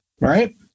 right